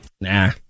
Nah